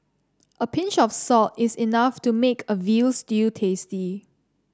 a pinch of salt is enough to make a veal stew tasty